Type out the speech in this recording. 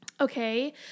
Okay